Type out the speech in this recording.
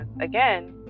again